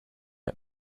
get